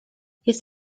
jest